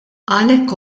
għalhekk